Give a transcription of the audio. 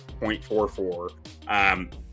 0.44